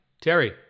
Terry